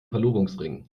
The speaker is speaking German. verlobungsring